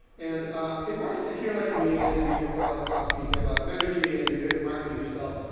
and it works if you're like me, and you drink a lot of coffee, you have a lot of energy, and you're good at marketing yourself.